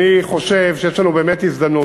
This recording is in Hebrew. אני חושב שיש לנו כאן באמת הזדמנות,